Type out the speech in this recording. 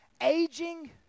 aging